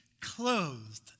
clothed